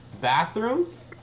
bathrooms